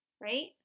Right